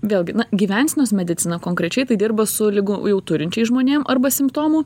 vėlgi na gyvensenos medicina konkrečiai tai dirba su ligų jau turinčiais žmonėm arba simptomų